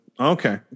Okay